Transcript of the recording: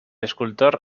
escultor